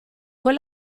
con